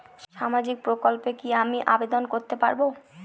সামাজিক প্রকল্পে কি আমি আবেদন করতে পারবো?